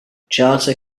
charter